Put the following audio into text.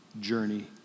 journey